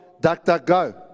DuckDuckGo